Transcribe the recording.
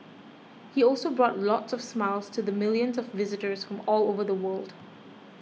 he also brought lots of smiles to the millions of visitors from all over the world